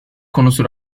konusu